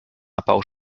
abbau